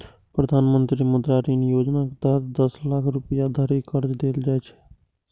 प्रधानमंत्री मुद्रा ऋण योजनाक तहत दस लाख रुपैया धरि कर्ज देल जाइ छै